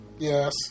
Yes